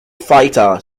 fighter